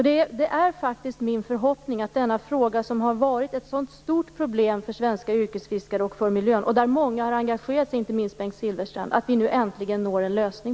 Det är faktiskt min förhoppning att denna fråga, som har varit ett så stort problem för svenska yrkesfiskare och för miljön och som många - inte minst Bengt Silfverstrand - har engagerat sig i, äntligen når en lösning.